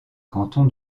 canton